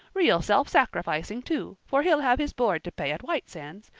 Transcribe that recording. real self-sacrificing, too, for he'll have his board to pay at white sands,